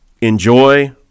Enjoy